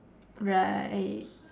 right